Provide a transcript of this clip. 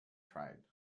tried